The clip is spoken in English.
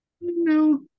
No